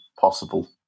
possible